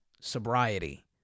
sobriety